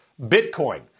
Bitcoin